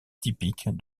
typique